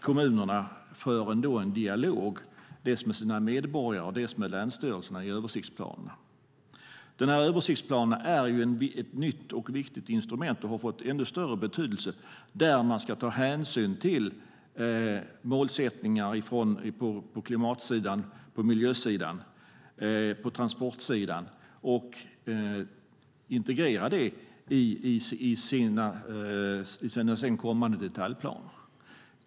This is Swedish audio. Kommunerna för en dialog dels med sina medborgare, dels med länsstyrelserna i översiktsplanerna. Översiktsplanerna är ett nytt och viktigt instrument och har fått ännu större betydelse där man ska ta hänsyn till målsättningar på klimatsidan, miljösidan, transportsidan och integrera det i kommande detaljplaner.